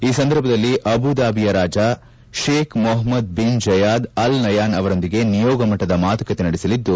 ಈ ಸಂದರ್ಭದಲ್ಲಿ ಅಬುದಾಬಿಯ ರಾಜ Sheikh Mohamed bin Zayed Al Nahyan ಅವರೊಂದಿಗೆ ನಿಯೋಗಮಟ್ಟದ ಮಾತುಕತೆ ನಡೆಸಲಿದ್ದು